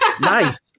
Nice